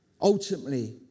Ultimately